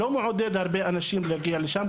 לא מעודד הרבה אנשים להגיע לשם,